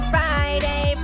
Friday